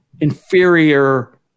inferior